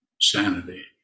Sanity